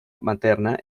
materna